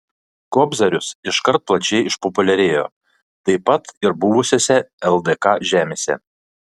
kobzarius iškart plačiai išpopuliarėjo taip pat ir buvusiose ldk žemėse